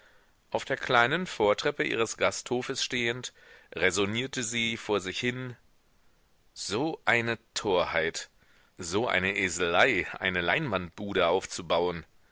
auf der kleinen vortreppe ihres gasthofes stehend räsonierte sie vor sich hin so eine torheit so eine eselei eine leinwandbude aufzubaun